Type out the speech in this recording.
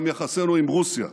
גם יחסינו עם רוסיה,